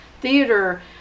theater